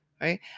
right